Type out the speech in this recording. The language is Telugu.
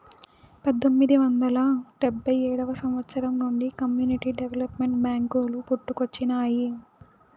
పంతొమ్మిది వందల డెబ్భై ఏడవ సంవచ్చరం నుండి కమ్యూనిటీ డెవలప్మెంట్ బ్యేంకులు పుట్టుకొచ్చినాయి